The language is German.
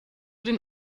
den